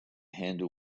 handle